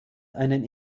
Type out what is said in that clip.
einen